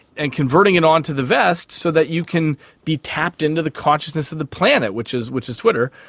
and converting it onto the vest so that you can be tapped into the consciousness of the planet, which is which is twitter,